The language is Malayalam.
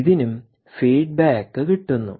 ഇതിനും ഫീഡ്ബാക്ക് കിട്ടുന്നു